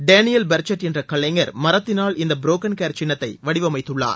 Daniel பெர்சுட் என்ற கலைஞர் மரத்தினால் இந்த புரோக்கள் கேர் சின்னத்தை வடிவமைத்துள்ளார்